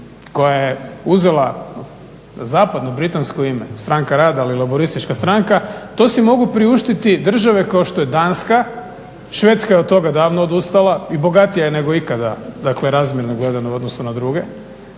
koja je uzela zapadno britansko ime stranka rada ili laburistička stranka to si mogu priuštiti države kao što je Danska, Švedska je od toga davno odustala i bogatija je nego ikada, dakle razmjerno gledano u odnosu na druge